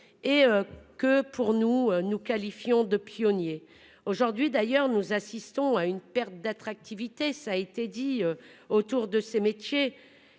et que pour nous nous qualifions de. Aujourd'hui d'ailleurs, nous assistons à une perte d'attractivité, ça a été dit autour de ces métiers,